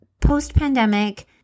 post-pandemic